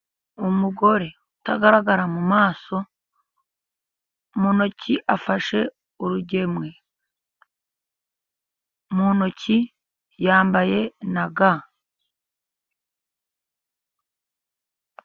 Umugore utagaragara mu maso, mu ntoki afashe urugemwe, mu ntoki yambaye na ga.